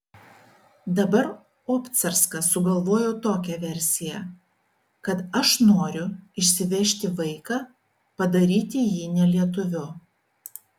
dabar obcarskas sugalvojo tokią versiją kad aš noriu išsivežti vaiką padaryti jį ne lietuviu